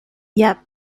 yet